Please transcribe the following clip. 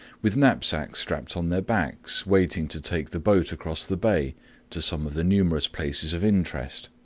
with knapsacks strapped on their backs, waiting to take the boat across the bay to some of the numerous places of interest.